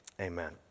amen